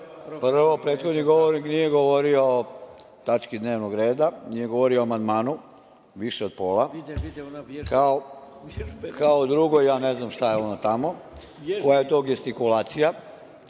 107.Prvo, prethodni govornik nije govorio o tački dnevnog reda, nije govorio o amandmanu više od pola. Kao drugo, ja ne znam šta je ono tamo, koja je to gestikulacija?